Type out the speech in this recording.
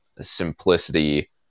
simplicity